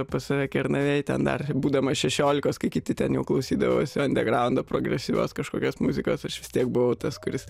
pas save kernavėj ten dar būdamas šešiolikos kai kiti ten jau klausydavosi undergroundo progresyvios kažkokios muzikos aš vis tiek buvau tas kuris